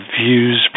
views